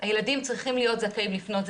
הילדים צריכים להיות זכאים לפנות,